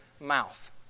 mouth